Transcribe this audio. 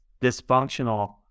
dysfunctional